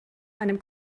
einem